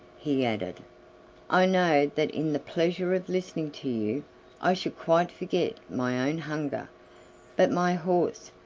he added i know that in the pleasure of listening to you i should quite forget my own hunger but my horse,